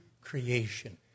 creation